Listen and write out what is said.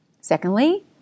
Secondly